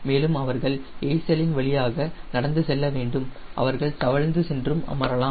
மேலும் அவர்கள் எய்சல் இன் வழியாக நடந்து செல்ல வேண்டும் அவர்கள் தவழ்ந்து சென்று அமரலாம்